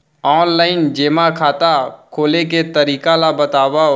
Online जेमा खाता खोले के तरीका ल बतावव?